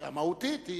המהותית, היא